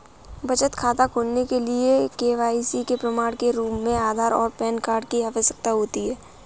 बचत खाता खोलने के लिए के.वाई.सी के प्रमाण के रूप में आधार और पैन कार्ड की आवश्यकता होती है